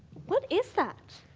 what is that?